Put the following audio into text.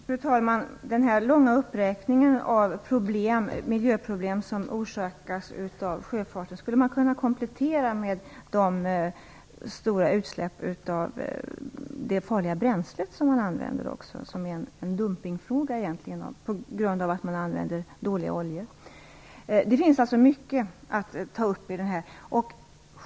Fru talman! Den långa uppräkningen av miljöproblem som orsakas av sjöfarten skulle kunna kompletteras med de stora utsläppen av det farliga bränslet - det är egentligen en dumpningfråga - på grund av att man använder dåliga oljor. Det finns alltså mycket att ta upp.